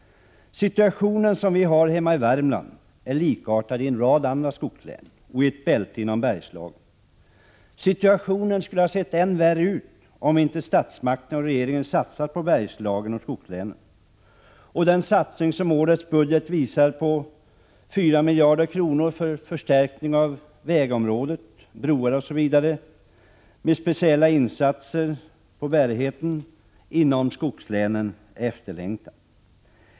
Situationen i Värmland är likartad den i en rad andra skogslän och i ett bälte inom Bergslagen. Den skulle ha sett än värre ut om inte statsmakterna och regeringen hade satsat på Bergslagen och skogslänen. Den satsning på vägområdet som årets budget redovisar med 4 miljarder kronor för förstärkning av bärigheten på broar och vägar inom skogslänen är efterlängtad.